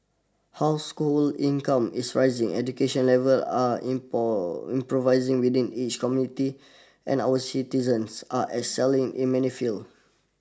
household income is rising education levels are improvising within each community and our citizens are excelling in many fields